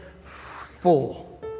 full